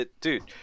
Dude